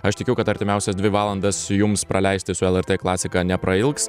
aš tikiu kad artimiausias dvi valandas jums praleisti su lrt klasika neprailgs